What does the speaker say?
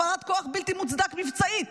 הפעלת כוח בלתי מוצדקת מבצעית,